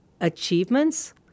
achievements